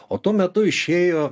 o tuo metu išėjo